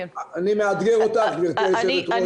אני מאתגר אותך, גבירתי היושבת-ראש.